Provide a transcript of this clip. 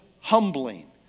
humbling